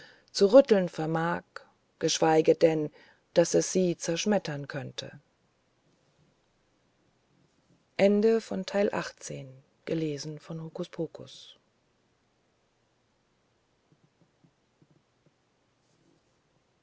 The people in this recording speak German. zu rütteln vermag geschweige denn daß es sie zerschmettern könnte